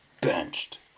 Benched